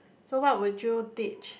so what will you teach